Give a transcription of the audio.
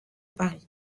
paris